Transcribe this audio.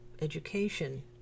education